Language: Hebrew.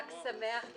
חג שמח.